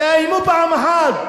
תאיימו פעם אחת.